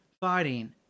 fighting